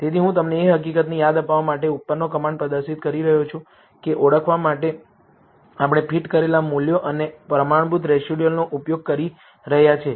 તેથી હું તમને એ હકીકતની યાદ અપાવવા માટે ઉપરનો કમાન્ડ પ્રદર્શિત કરી રહ્યો છું કે ઓળખવા માટે આપણે ફીટ કરેલા મૂલ્યો અને પ્રમાણભૂત રેસિડયુઅલનો ઉપયોગ કરી રહ્યા છીએ